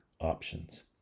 options